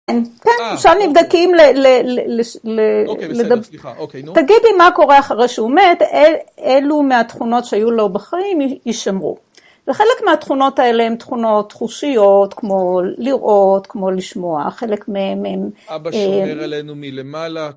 כן, כן, שם נבדקים לדבר, תגידי מה קורה אחרי שהוא מת, אלו מהתכונות שהיו לו בחיים יישמרו. וחלק מהתכונות האלה הן תכונות תחושיות, כמו לראות, כמו לשמוע, חלק מהן הן... אבא שומר עלינו מלמעלה.